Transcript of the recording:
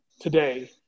today